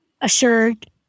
assured